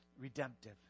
redemptive